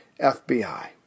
FBI